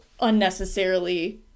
unnecessarily